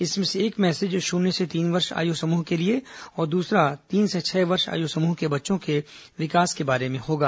इसमें से एक मैसेज शून्य से तीन वर्ष आयु समूह के लिए और दूसरा मैसेज तीन से छह वर्ष आयु समूह के बच्चों के विकास से संबंधित होगा